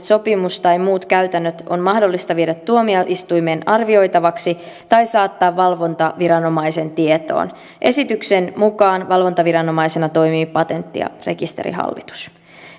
sopimus tai muut käytännöt on mahdollista viedä tuomioistuimeen arvioitavaksi tai saattaa valvontaviranomaisen tietoon esityksen mukaan valvontaviranomaisena toimii patentti ja rekisterihallitus